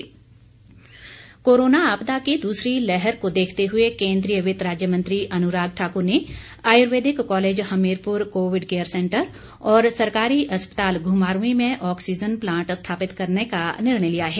अनुराग Thakur corona आपदा की दूसरी लहर को देखते हुए केंद्रीय वित्त राज्य मंत्री अनुराग ठाकुर ने ayurvedic college Hamirpur Covid care centre और सरकारी अस्पताल घुमारवीं में ऑक्सीजन प्लांट स्थापित कराने का निर्णय लिया है